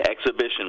exhibition